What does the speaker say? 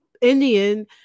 Indian